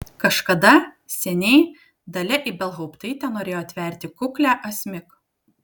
kažkada seniai dalia ibelhauptaitė norėjo atverti kuklią asmik